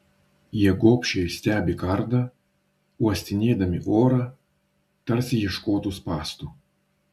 jie gobšiai stebi kardą uostinėdami orą tarsi ieškotų spąstų